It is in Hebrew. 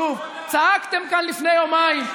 שוב: צעקתם כאן לפני יומיים.